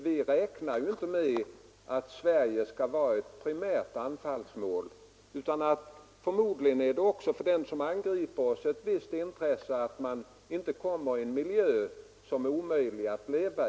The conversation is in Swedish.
Vi räknar inte med att Sverige skall vara ett primärt anfallsmål. Förmodligen är det också av intresse för en angripare att inte hamna i en miljö som är omöjlig att leva i.